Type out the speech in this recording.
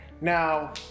now